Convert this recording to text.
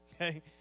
okay